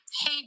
Hey